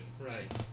right